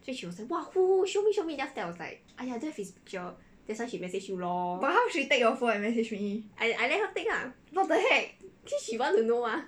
then she was like who who who show me show me then after that I was like !aiya! I don't have his picture that's why she message you lor I I let her take lah since she want to know mah